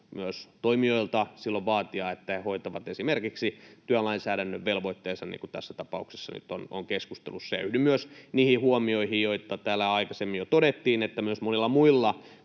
toimijoilta vaatia, että he hoitavat esimerkiksi työlainsäädännön velvoitteensa, niin kuin tässä tapauksessa nyt on keskustelussa. Yhdyn myös niihin huomioihin, joita täällä aikaisemmin jo todettiin, että myös monilla muilla